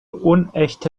unechte